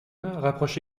rapproche